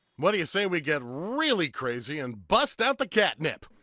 what do you say we get really crazy and bust out the cat nip?